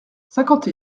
cinquante